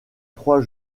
trois